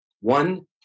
One